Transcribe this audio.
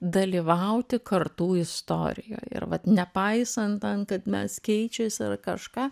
dalyvauti kartų istorijoj ir vat nepaisant ten kad mes keičiasi ar kažką